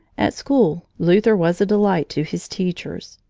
at school, luther was a delight to his teachers.